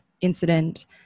incident